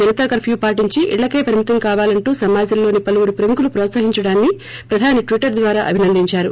Janata curfew పాటించి ఇళ్లకే పరిమితం కావాలంటూ సమాజంలోని పలువురు ప్రముఖులు ప్రోత్సహించడాన్ని ప్రధాని ట్విట్టర్ ద్వారా అభినందించారు